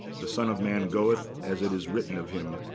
the son of man goeth, as it is written of him.